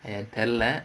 தெரில:therila